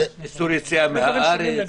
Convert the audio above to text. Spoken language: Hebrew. תעשו לי סדר.